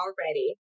already